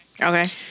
Okay